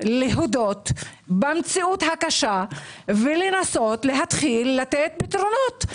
להודות במציאות הקשה ולנסות להתחיל לתת פתרונות.